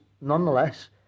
nonetheless